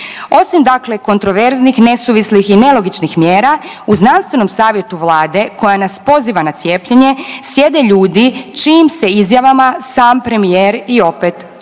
Osim dakle, kontraverznih, nesuvislih i nelogičnih mjera u znanstvenom savjetu Vlade koja nas poziva na cijepljenje sjede ljudi čijim se izjavama sam premijer i opet čudio